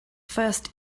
first